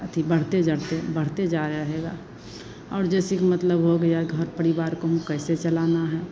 अथि बढ़ते जड़ते बढ़ते जा रहेगा और जैसे कि मतलब हो गया घर परिवार को हम कैसे चलाना है